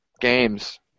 Games